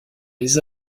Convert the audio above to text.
les